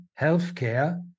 healthcare